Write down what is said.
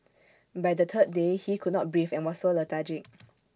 by the third day he could not breathe and was so lethargic